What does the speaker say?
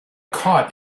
caught